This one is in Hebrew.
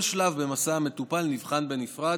כל שלב במסע המטופל נבחן בנפרד,